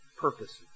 purposes